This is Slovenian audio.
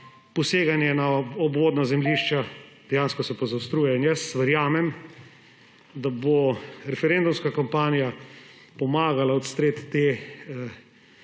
poseganje na obvodna zemljišča, dejansko se pa zaostruje. Verjamem, da bo referendumska kampanja pomagala odstreti te